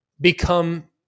become